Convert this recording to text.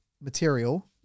material